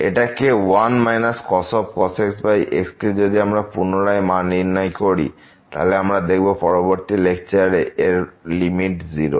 এটাকে 1 cos x xকে যদি আমরা পুনরায় মান নির্ধারণ করি আমরা দেখব পরবর্তী লেকচারের যে এর লিমিট 0